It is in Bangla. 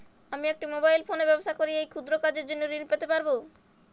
আমি একটি মোবাইল ফোনে ব্যবসা করি এই ক্ষুদ্র কাজের জন্য ঋণ পেতে পারব?